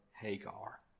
Hagar